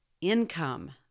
income